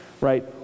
right